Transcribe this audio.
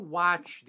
watch